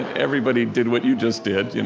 everybody did what you just did. you know